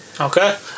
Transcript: Okay